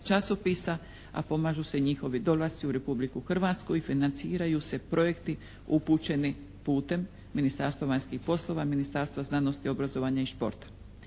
a pomažu se njihovi dolasci u Republiku Hrvatsku i financiraju se projekti upućeni putem Ministarstva vanjskih poslova, Ministarstva znanosti, obrazovanja i športa.